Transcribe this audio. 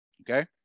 okay